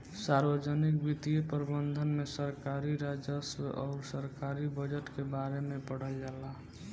सार्वजनिक वित्तीय प्रबंधन में सरकारी राजस्व अउर सरकारी बजट के बारे में पढ़ल जाला